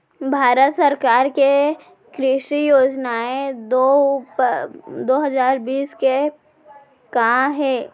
भारत सरकार के कृषि योजनाएं दो हजार बीस के का हे?